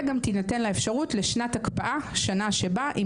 וגם תינתן אפשרות לשנת הקפאה- שנה שבה היא